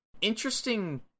interesting